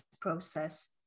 process